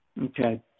Okay